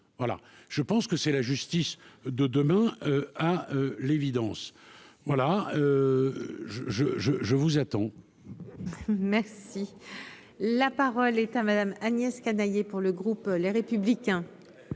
je pense que c'est la justice de demain, à l'évidence, voilà je je je je vous attends. Merci, la parole est à Madame Agnès Canayer pour le groupe Les Républicains